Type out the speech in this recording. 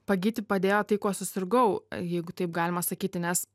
pagyti padėjo tai kuo susirgau jeigu taip galima sakyti nes